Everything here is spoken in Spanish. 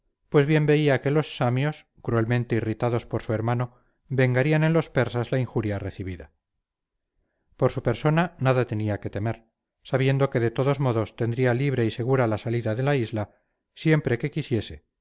pues bien veía que los samios cruelmente irritados por su hermano vengarían en los persas la injuria recibida por su persona nada tenía que temer sabiendo que de todos modos tendría libre y segura la salida de la isla siempre que quisiese